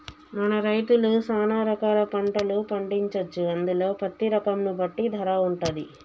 మన రైతులు సాన రకాల పంటలు పండించొచ్చు అందులో పత్తి రకం ను బట్టి ధర వుంటది